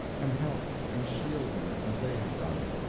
and help and shield him as they had done.